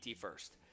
first